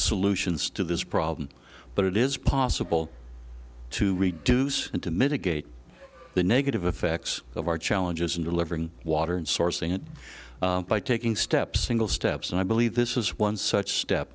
solutions to this problem but it is possible to reduce and to mitigate the negative effects of our challenges in delivering water and sourcing and by taking steps single steps and i believe this is one such step